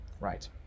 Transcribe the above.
right